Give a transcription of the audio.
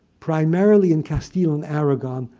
primarily in castile and aragon.